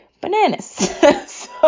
bananas